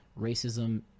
Racism